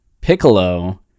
Piccolo